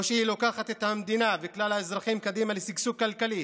או שהיא לוקחת קדימה את המדינה ואת כלל האזרחים לשגשוג כלכלי,